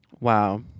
Wow